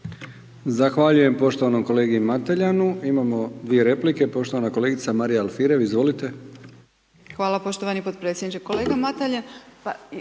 Zahvaljujem poštovanom kolegi Mateljanu. Imamo dvije replike, poštovana kolegica Marija Alfirev, izvolite. **Alfirev, Marija (SDP)** Hvala poštovani potpredsjedniče. Kolega Mateljan,